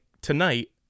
tonight